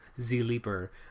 Z-Leaper